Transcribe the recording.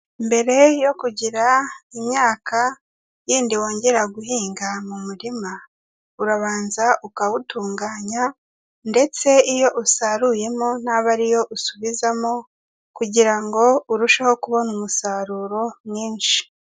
Mbere yo kugira imyaka yindi wongera guhinga mu murima, urabanza ukawutunganya ndetse iyo usaruyemo ntabe ariyo usubizamo kugira ngo urusheho kubona umusaruro mwinshi.